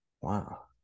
wow